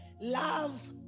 Love